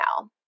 now